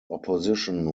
opposition